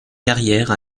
carrière